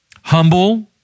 Humble